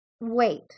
wait